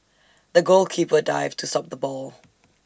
the goalkeeper dived to stop the ball